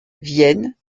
vienne